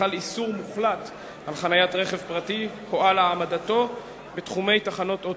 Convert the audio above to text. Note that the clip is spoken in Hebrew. חל איסור מוחלט על חניית רכב פרטי או על העמדתו בתחומי תחנות אוטובוס.